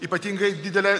ypatingai didelę